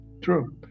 True